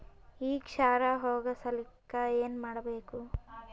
ಈ ಕ್ಷಾರ ಹೋಗಸಲಿಕ್ಕ ಏನ ಮಾಡಬೇಕು?